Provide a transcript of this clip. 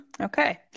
Okay